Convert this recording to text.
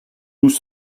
nous